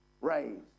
raised